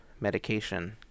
medication